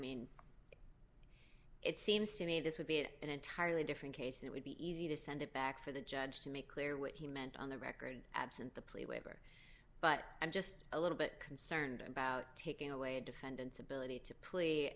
mean it seems to me this would be it an entirely different case it would be easy to send it back for the judge to make clear what he meant on the record absent the plea waiver but i'm just a little bit concerned about taking away a defendant's ability to pl